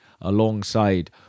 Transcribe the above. alongside